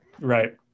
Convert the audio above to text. right